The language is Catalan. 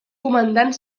comandant